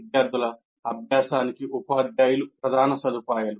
విద్యార్థుల అభ్యాసానికి ఉపాధ్యాయులు ప్రధాన సదుపాయాలు